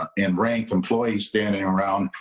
and ranked employees standing around,